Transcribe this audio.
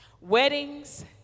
weddings